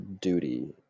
duty